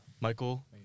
Michael